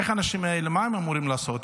האנשים האלה, מה הם אמורים לעשות?